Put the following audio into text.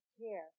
care